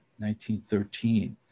1913